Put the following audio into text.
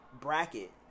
bracket